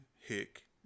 hick